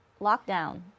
lockdown